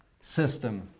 system